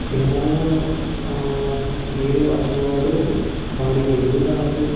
సినిమాలో హీరో అనేవాడు వాడి ఎదుగుదలకు